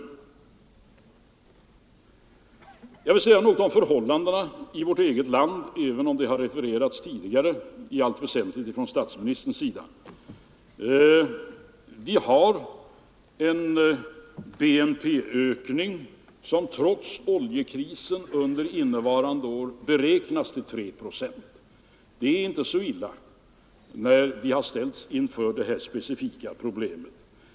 Jag skall också säga något om förhållandena i vårt eget land, även om det tidigare i dag i allt väsentligt har refererats av statsministern. Vår BNP-ökning beräknas, trots oljekrisen, under innevarande år till 3 procent. Det är inte så illa när man tänker på det specifika problem som oljekrisen utgjorde.